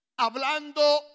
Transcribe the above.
hablando